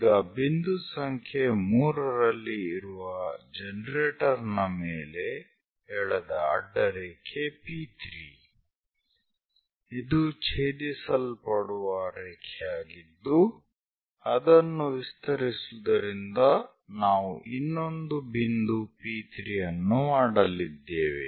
ಈಗ ಬಿಂದು ಸಂಖ್ಯೆ 3 ರಲ್ಲಿ ಇರುವ ಜನರೇಟರ್ ನ ಮೇಲೆ ಎಳೆದ ಅಡ್ಡರೇಖೆ P3 ಇದು ಛೇದಿಸಲ್ಪಡುವ ರೇಖೆಯಾಗಿದ್ದು ಅದನ್ನು ವಿಸ್ತರಿಸುವುದರಿಂದ ನಾವು ಇನ್ನೊಂದು ಬಿಂದು P3 ಅನ್ನು ಮಾಡಲಿದ್ದೇವೆ